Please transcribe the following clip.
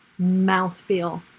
mouthfeel